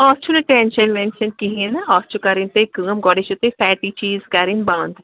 اَتھ چھُنہٕ ٹٮ۪نشَن وٮ۪نشَن کِہیٖنٛۍ نہٕ اَتھ چھُ کَرٕنۍ تۄہہِ کٲم گۄڈٕے چھِو تۄہہِ فیٹی چیٖز کَرٕنۍ بنٛد